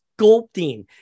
sculpting